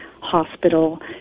hospital